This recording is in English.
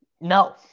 No